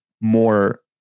more